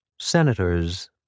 Senators